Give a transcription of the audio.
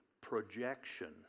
projection